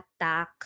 attack